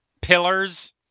pillars